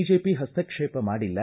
BJP ಹಸ್ತಕ್ಷೇಪ ಮಾಡಿಲ್ಲ